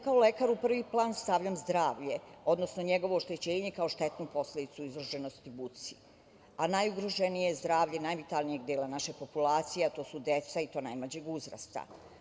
Kao lekar, u prvi plan stavljam zdravlje, odnosno njegovo oštećenje kao štetnu posledicu izloženosti buci, a najugroženije je zdravlje najvitalnijeg dela naše populacije, a to su deca i to najmlađeg uzrasta.